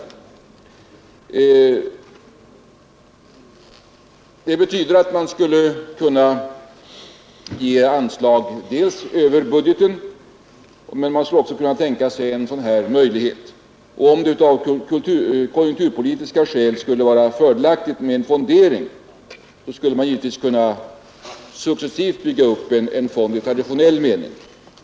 Det betyder att man skulle kunna ge anslag över budgeten, men man skulle också kunna tänka sig en sådan här möjlighet. Om det av konjunkturpolitiska skäl skulle vara fördelaktigt med en fondering, kunde man givetvis successivt bygga upp en fond i traditionell mening.